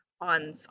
on